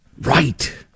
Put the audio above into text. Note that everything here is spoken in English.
Right